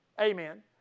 Amen